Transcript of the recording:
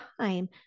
time